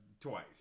twice